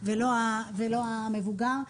ולא המבוגר.